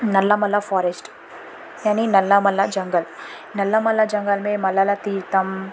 نلا ملا فوریسٹ یعنی نلا ملا جنگل نلا ملا جنگل میں ملالا تیرتم